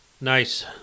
Nice